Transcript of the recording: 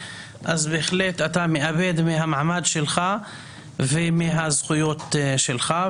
אז בהחלט אתה מאבד מהמעמד שלך ומהזכויות שלך.